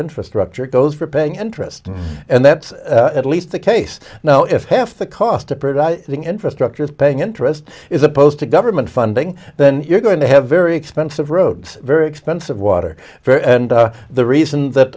infrastructure goes for paying interest and that's at least the case now if half the cost of production infrastructure is paying interest is opposed to government funding then you're going to have very expensive roads very expensive water for and the reason that